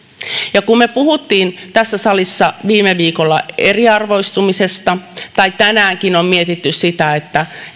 ja kun me puhuimme tässä salissa viime viikolla eriarvoistumisesta tai tänäänkin on mietitty sitä